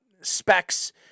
specs